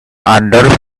under